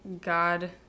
God